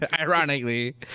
Ironically